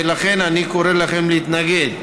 ולכן אני קורא לכם להתנגד.